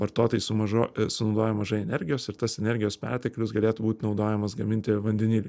vartotojai su mažu sunaudoja mažai energijos ir tas energijos perteklius galėtų būt naudojamas gaminti vandeniliui